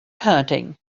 hunting